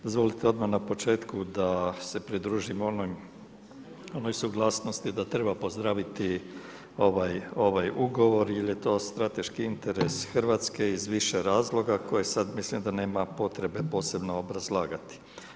Dozvolite odmah na početku da se pridružim onoj suglasnosti da treba pozdraviti ovaj ugovor jer je to strateški interes Hrvatske iz više razloga koje sad mislim da nema potrebe posebno obrazlagati.